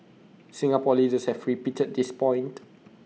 Singapore leaders have repeated this point